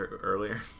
earlier